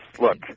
look